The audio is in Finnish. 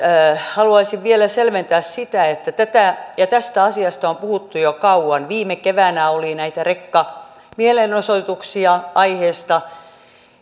haluaisin vielä selventää sitä että kun tätä ja tästä asiasta on puhuttu jo kauan viime keväänä oli näitä rekkamielenosoituksia aiheesta